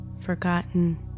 forgotten